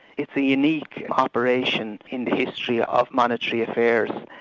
it's a unique operation in the history of monetary affairs.